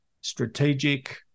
strategic